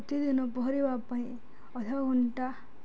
ପ୍ରତିଦିନ ପହଁରିବା ପାଇଁ ଅଧ ଘଣ୍ଟା